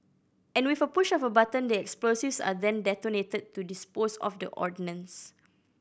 and with a push of a button the explosives are then detonated to dispose of the ordnance